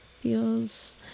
feels